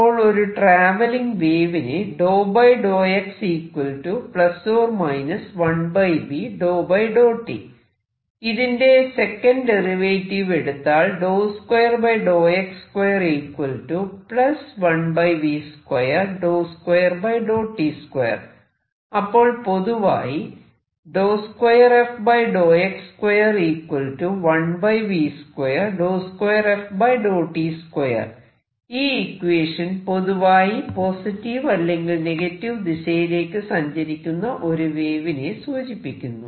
അപ്പോൾ ഒരു ട്രാവെല്ലിങ് വേവിന് ഇതിന്റെ സെക്കന്റ് ഡെറിവേറ്റീവ് എടുത്താൽ അപ്പോൾ പൊതുവായി ഈ ഇക്വേഷൻ പൊതുവായി പോസിറ്റീവ് അല്ലെങ്കിൽ നെഗറ്റീവ് ദിശയിലേക്കു സഞ്ചരിക്കുന്ന ഒരു വേവിനെ സൂചിപ്പിക്കുന്നു